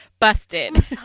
Busted